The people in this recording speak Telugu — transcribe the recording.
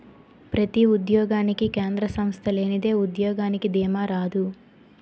ప్రతి ఉద్యోగానికి కేంద్ర సంస్థ లేనిదే ఉద్యోగానికి దీమా రాదు